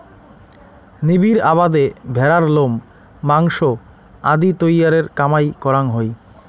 নিবিড় আবাদে ভ্যাড়ার লোম, মাংস আদি তৈয়ারের কামাই করাং হই